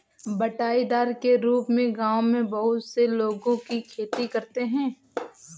बँटाईदार के रूप में गाँवों में बहुत से लोगों की खेती करते हैं